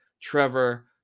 Trevor